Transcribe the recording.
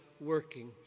working